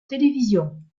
télévision